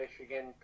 Michigan